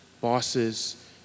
bosses